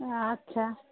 अच्छा